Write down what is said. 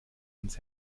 ans